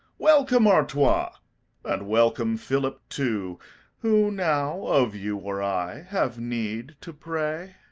welcome, artois and welcome, phillip, too who now of you or i have need to pray?